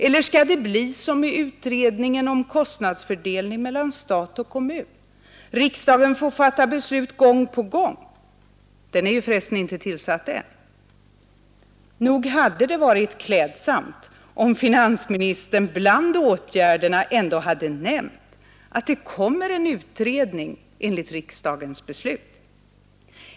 Eller skall det bli som med utredningen om kostnadsfördelning mellan stat och kommun =— riksdagen får fatta beslut gång på gång. Den utredningen är förresten inte tillsatt än. Nog hade det varit klädsamt om finansministern bland åtgärderna ändå hade nämnt att det kommer en utredning enligt riksdagens beslut.